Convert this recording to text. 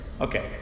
Okay